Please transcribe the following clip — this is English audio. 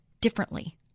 differently